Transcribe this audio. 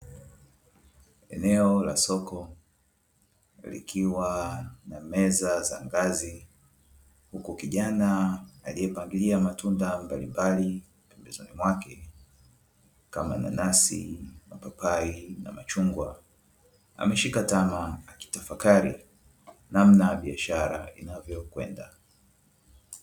Eneo la soko likiwa na meza za ngazi huku kijana aliyepangilia matunda mbalimbali pembezoni mwake kama nanasi, mapapai, machungwa ameshika tama akitafakari namna biashara inavyokwenda.